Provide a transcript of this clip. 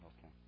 okay